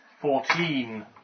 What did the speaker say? Fourteen